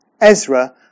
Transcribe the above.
Ezra